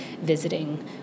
visiting